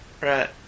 Right